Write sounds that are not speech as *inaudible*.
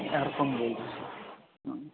*unintelligible* ہاں